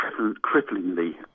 cripplingly